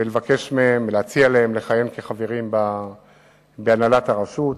ולבקש מהם ולהציע להם לכהן כחברים בהנהלת הרשות,